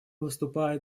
выступает